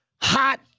hot